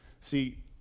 See